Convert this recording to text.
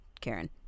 Karen